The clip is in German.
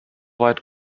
weit